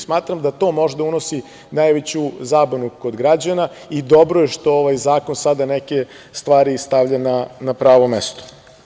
Smatram da to možda unosi najveću zabunu kod građana i dobro je što ovaj zakon sada neke stvari stavlja na pravo mesto.